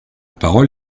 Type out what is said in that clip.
parole